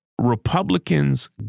Republicans